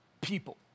people